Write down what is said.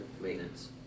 maintenance